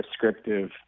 prescriptive